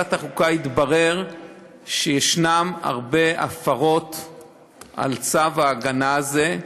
בוועדת החוקה התברר שיש הרבה הפרות של צו ההגנה הזה,